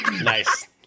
Nice